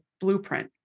blueprint